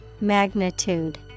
magnitude